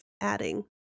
adding